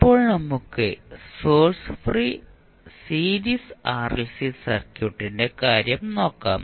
ഇപ്പോൾ നമുക്ക് source free series RLC സർക്യൂട്ടിന്റെ കാര്യം നോക്കാം